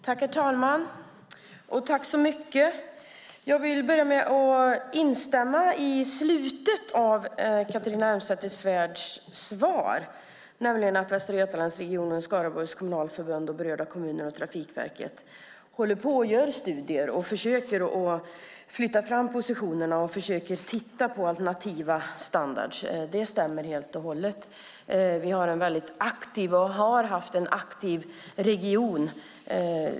Herr talman! Jag vill börja med att instämma i slutet av Catharina Elmsäter-Svärds svar, nämligen att Västra Götalandsregionen, Skaraborgs kommunalförbund, berörda kommuner och Trafikverket gör studier, försöker flytta fram positionerna och titta på alternativa standarder. Det stämmer helt och hållet. Vi har varit och är en aktiv region.